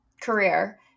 career